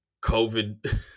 COVID